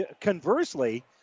Conversely